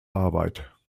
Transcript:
arbeit